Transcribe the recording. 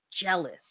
jealous